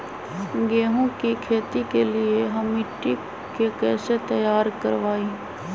गेंहू की खेती के लिए हम मिट्टी के कैसे तैयार करवाई?